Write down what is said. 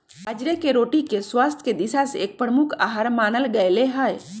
बाजरे के रोटी के स्वास्थ्य के दिशा से एक प्रमुख आहार मानल गयले है